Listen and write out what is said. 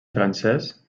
francès